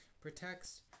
Protects